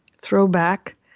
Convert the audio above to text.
Throwback